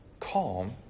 calm